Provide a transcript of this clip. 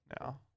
now